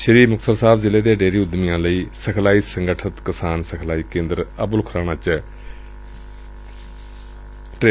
ਸ੍ਰੀ ਮੁਕਤਸਰ ਸਾਹਿਬ ਜ਼ਿਲ੍ਹੇ ਦੇ ਡੇਅਰੀ ਉੱਦਮੀਆਂ ਦੀ ਸਿਖਲਾਈ ਸੰਗਠਿਤ ਕਿਸਾਨ ਸਿਖਲਾਈ ਕੇਂਦਰ ਅਬੁਲ ਖੁਰਾਣਾ ਵਿਖੇ ਹੋਵੇਗੀ